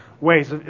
ways